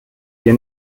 dir